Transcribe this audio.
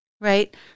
Right